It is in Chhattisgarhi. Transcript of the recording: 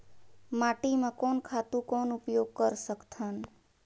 माटी म कोन खातु कौन उपयोग कर सकथन?